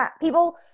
people